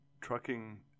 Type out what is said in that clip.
trucking